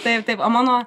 taip taip o mano